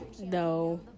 No